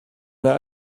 yna